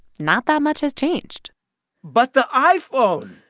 not that much has changed but the iphone